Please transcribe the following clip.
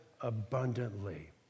abundantly